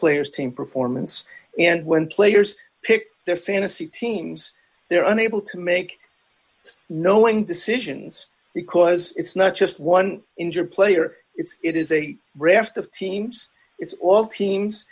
players team performance and when players pick their fantasy teams they're unable to make knowing decisions because it's not just one injured player it's it is a raft of teams it's all teams